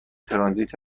ترانزیت